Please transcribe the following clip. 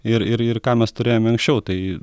ir ir ir ką mes turėjome anksčiau tai